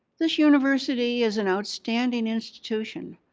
this university is an outstanding institution.